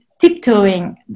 tiptoeing